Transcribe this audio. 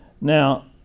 now